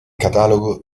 catalogo